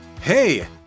Hey